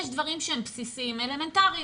יש דברים שהם בסיסיים, אלמנטריים.